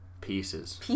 pieces